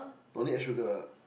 don't need add sugar ah